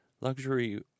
luxury